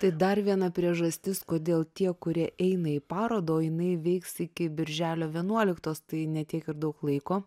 tai dar viena priežastis kodėl tie kurie eina į parodą o jinai veiks iki birželio vienuoliktos tai ne tik ir daug laiko